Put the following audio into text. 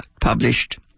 published